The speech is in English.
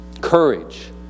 Courage